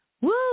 Woo